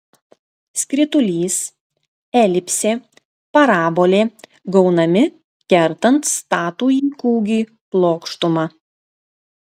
skritulys elipsė parabolė gaunami kertant statųjį kūgį plokštuma